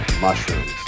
Mushrooms